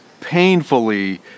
painfully